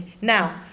Now